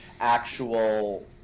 actual